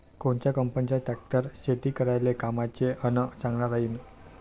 कोनच्या कंपनीचा ट्रॅक्टर शेती करायले कामाचे अन चांगला राहीनं?